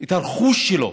את הרכוש שלו,